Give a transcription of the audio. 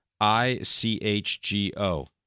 I-C-H-G-O